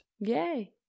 Yay